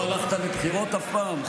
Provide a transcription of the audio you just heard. לא הלכת לבחירות אף פעם?